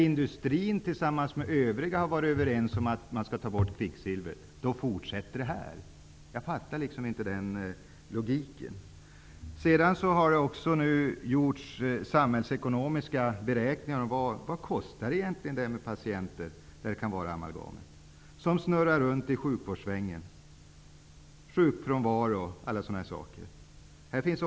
Industrin och övriga intressenter har varit överens om att ta bort kvicksilvret, men här fortsätter man att använda det. Jag förstår inte logiken i detta. Det har gjorts samhällsekonomiska beräkningar av vad amalgampatienter som snurrar runt i sjukvårdssvängen egentligen kostar i form av sjukfrånvaro osv.